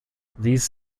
these